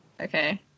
Okay